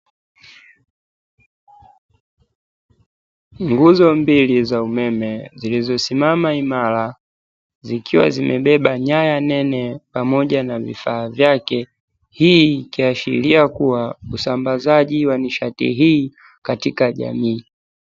Nguzo mbili za umeme zilizosimama imara zikiwa zimebeba nyaya nene pamoja na vifaa vyake, hii ikiashiria kuwa usambazaji wa nishati hii katika jamii.